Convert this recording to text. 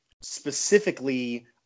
specifically